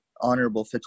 Honorable